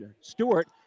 Stewart